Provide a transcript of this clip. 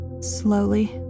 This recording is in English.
Slowly